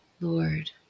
Lord